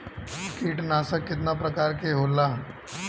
कीटनाशक केतना प्रकार के होला?